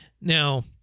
Now